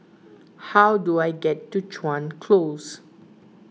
how do I get to Chuan Close